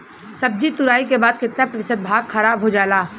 सब्जी तुराई के बाद केतना प्रतिशत भाग खराब हो जाला?